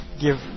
give